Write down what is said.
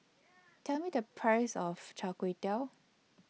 Tell Me The Price of Chai Kway